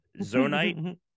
Zonite